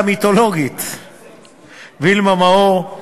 המיתולוגית וילמה מאור